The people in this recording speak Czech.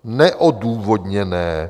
Neodůvodněné!